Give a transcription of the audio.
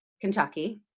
Kentucky